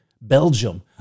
Belgium